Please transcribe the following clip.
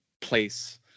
place